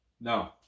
No